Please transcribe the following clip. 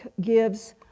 gives